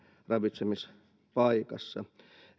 ravitsemispaikassa